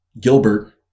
Gilbert